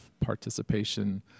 participation